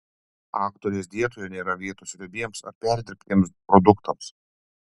aktorės dietoje nėra vietos riebiems ar perdirbtiems produktams